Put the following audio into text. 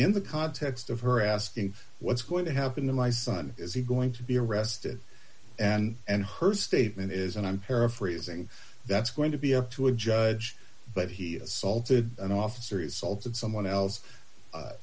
in the context of her asking what's going to have been the my son is he going to be arrested and and her statement is and i'm paraphrasing that's going to be up to a judge but he assaulted an officer results and someone else